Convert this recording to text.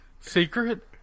Secret